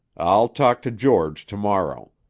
i'll talk to george to-morrow.